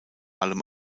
allem